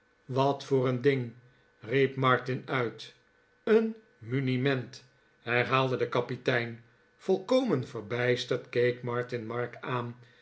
wat voor een ding riep martin uit een muniment herhaalde de kapitein volkomen verbijsterd keek martin mark aan